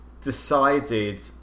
decided